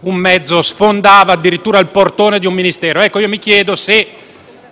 un mezzo sfondava addirittura il portone di un Ministero. Mi chiedo, se